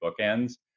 bookends